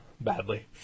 badly